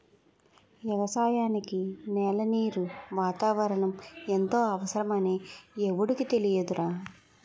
ఎగసాయానికి నేల, నీరు, వాతావరణం ఎంతో అవసరమని ఎవుడికి తెలియదురా